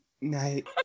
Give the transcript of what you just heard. night